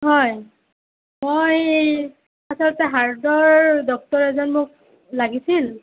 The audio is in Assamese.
হয় মই আচলতে হাৰ্টৰ ডক্টৰ এজন মোক লাগিছিল